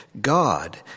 God